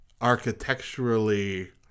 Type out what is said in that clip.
Architecturally